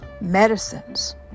Medicines